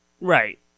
Right